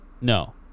No